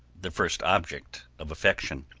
the first object of affection.